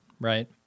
right